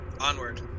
Onward